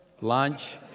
lunch